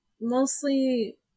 mostly